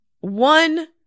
one